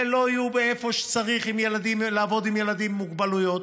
ולא יהיו איפה שצריך לעבוד עם ילדים עם מוגבלויות,